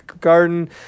garden